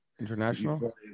international